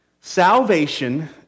Salvation